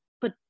put